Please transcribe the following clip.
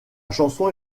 chanson